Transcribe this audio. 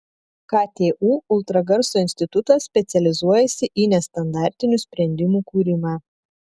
ktu ultragarso institutas specializuojasi į nestandartinių sprendimų kūrimą